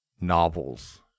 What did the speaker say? novels